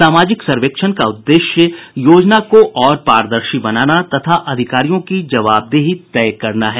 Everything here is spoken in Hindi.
सामाजिक सर्वेक्षण का उद्देश्य योजना को और पारदर्शी बनाना तथा अधिकारियों की जवाबदेही तय करना है